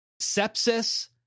sepsis